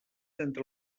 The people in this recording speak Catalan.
entre